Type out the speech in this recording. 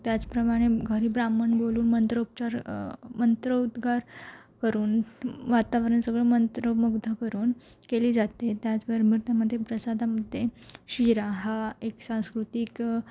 त्याचप्रमाणे घरी ब्राह्मण बोलवून मंत्रोपचार मंत्रउद्गार करून वातावरण सगळं मंत्रमुग्ध करून केली जाते त्याचबरोबर त्यामध्ये प्रसादामध्ये शिरा हा एक सांस्कृतिक